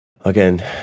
Again